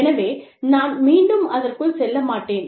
எனவே நான் மீண்டும் அதற்குள் செல்ல மாட்டேன்